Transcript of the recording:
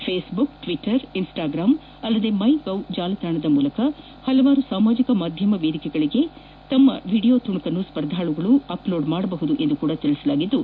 Facebook Twitter Instagram ಅಲ್ಲದೇ MyGov ಜಾಲತಾಣಗಳ ಮೂಲಕ ಹಲವಾರು ಸಾಮಾಜಿಕ ಮಾಧ್ಯಮ ವೇದಿಕೆಗಳಗೆ ತಮ್ಮ ವಿಡಿಯೋ ತುಣಕನ್ನು ಸ್ಪರ್ಧಾಳುಗಳು ಅಪ್ಲೋಡ್ ಮಾಡಬಹುದು ಎಂದು ಸಹ ತಿಳಿಸಲಾಗಿದ್ದು